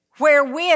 Wherewith